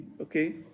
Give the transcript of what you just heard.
Okay